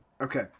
Okay